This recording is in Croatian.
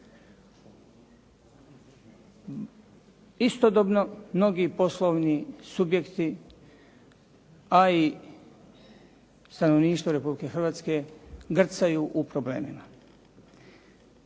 Istodobno mnogi poslovni subjekti a i stanovništvo Republike Hrvatske grcaju u problemima.